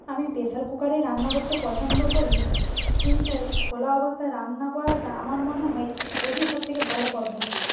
আমি প্রেসার কুকারে রান্না করতে পছন্দ করি কিন্তু খোলা অবস্থায় রান্না করাটা আমার মনে হয় ওটিই সবথেকে ভালো পদ্ধতি